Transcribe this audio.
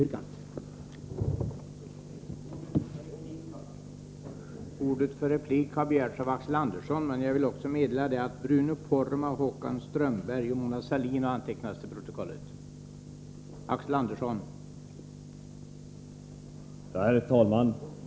Vissa frågor på det